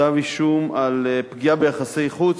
כתב-אישום על פגיעה ביחסי חוץ,